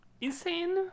insane